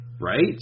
right